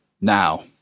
now